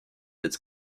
its